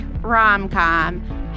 rom-com